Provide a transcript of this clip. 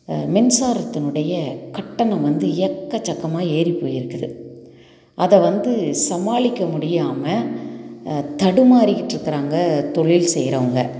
மின்சாரத்தினுடைய கட்டணம் வந்து எக்கச்சக்கமாக ஏறிப்போயிருக்குது அதை வந்து சமாளிக்க முடியாம தடுமாறிக்கிட்டுருக்கறாங்க தொழில் செய்யறவங்க